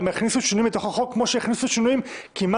גם יכניסו שינויים בתוך החוק כמו שהכניסו שינויים כמעט